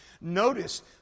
Notice